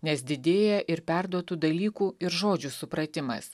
nes didėja ir perduotų dalykų ir žodžių supratimas